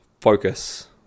focus